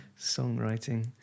songwriting